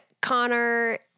Connor